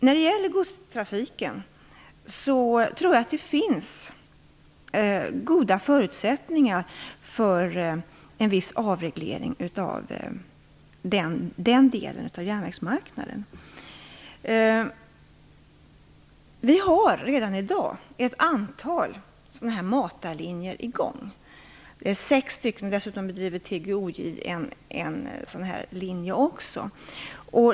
När det gäller godstrafiken tror jag att det finns goda förutsättningar för en viss avreglering av den delen av järnvägsmarknaden. Vi har redan i dag ett antal matarlinjer i gång. På sex av dem bedriver TJOG trafik.